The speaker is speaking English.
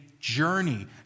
journey